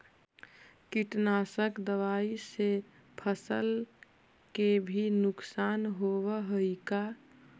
कीटनाशक दबाइ से फसल के भी नुकसान होब हई का?